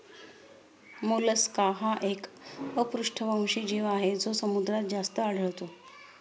Mollusca हा एक अपृष्ठवंशी जीव आहे जो समुद्रात जास्त आढळतो